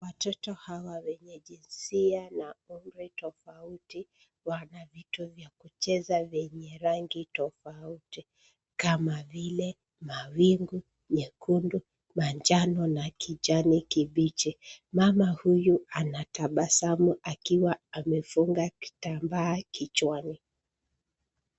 Watoto hawa wenye jinsia na umri tofauti, wana vitu vya kucheza vyenye rangi tofauti kama vile mawingu, mekundu, manjano na kijani kibichi. Mama huyu anatabasamu akiwa amefunga kitambaa kichwani.